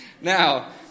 Now